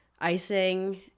icing